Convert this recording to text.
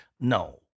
No